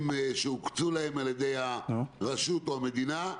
שהוקצו להם על-ידי הרשות או המדינה,